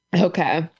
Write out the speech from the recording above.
okay